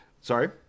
sorry